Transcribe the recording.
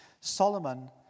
Solomon